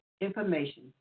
information